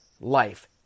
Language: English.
life